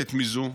צודקת מזו,